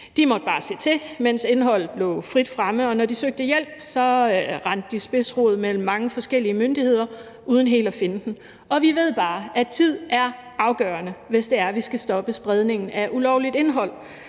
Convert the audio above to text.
De måtte bare se til, mens indholdet lå frit fremme, og når de søgte hjælp, rendte de spidsrod mellem mange forskellige myndigheder uden helt at finde hjælpen. Og vi ved bare, at tid er afgørende, hvis vi skal stoppe spredningen af ulovligt indhold,